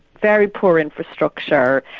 very poor infrastructure,